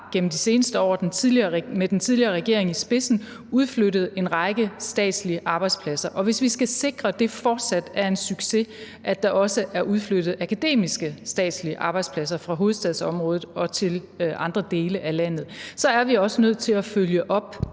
gennem de seneste år med den tidligere regering i spidsen udflyttet en række statslige arbejdspladser, og hvis vi skal sikre, at det fortsat er en succes, at der også er udflyttet akademiske statslige arbejdspladser fra hovedstadsområdet og til andre dele af landet, så er vi også nødt til at følge op